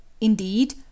Indeed